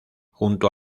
junto